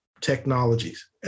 technologies